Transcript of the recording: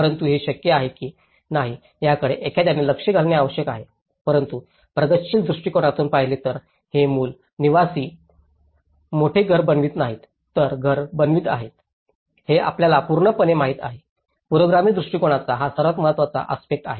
परंतु हे शक्य आहे की नाही याकडे एखाद्याने लक्ष घालणे आवश्यक आहे परंतु प्रगतीशील दृष्टिकोनातून पाहिले तर हे मूल निवासी मोठे घर बनवित नाही तर घर बनवित आहे हे आपल्याला पूर्णपणे माहित आहे पुरोगामी दृष्टिकोनाचा हा सर्वात महत्वाचा आस्पेक्टस आहे